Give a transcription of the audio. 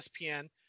ESPN